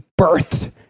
birthed